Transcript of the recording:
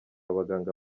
abaganga